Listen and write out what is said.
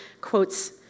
quotes